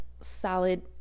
solid